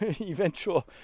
eventual